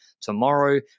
tomorrow